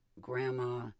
Grandma